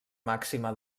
màxima